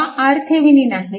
हा RThevenin आहे